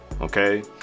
okay